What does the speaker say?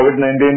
COVID-19